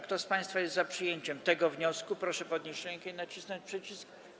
Kto z państwa jest za przyjęciem tego wniosku, proszę podnieść rękę i nacisnąć przycisk.